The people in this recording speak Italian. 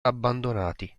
abbandonati